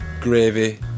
gravy